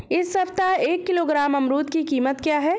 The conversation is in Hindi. इस सप्ताह एक किलोग्राम अमरूद की कीमत क्या है?